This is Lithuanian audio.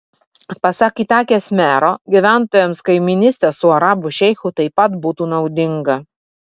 pasak itakės mero gyventojams kaimynystė su arabų šeichu taip pat būtų naudinga